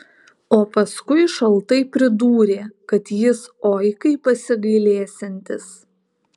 o paskui šaltai pridūrė kad jis oi kaip pasigailėsiantis